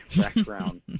background